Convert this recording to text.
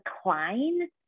decline